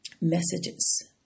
messages